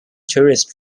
tourist